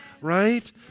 right